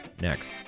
next